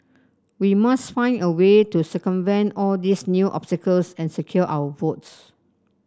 we must find a way to circumvent all these new obstacles and secure our votes